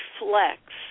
reflects